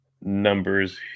numbers